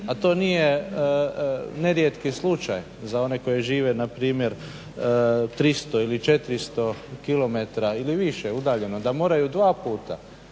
a to nije nerijetki slučaj za one koji žive npr. 300 ili 400 km ili više udaljeno, da moraju dva puta